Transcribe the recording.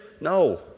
No